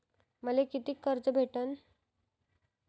मले कितीक कर्ज भेटन?